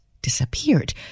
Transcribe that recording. disappeared